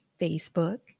Facebook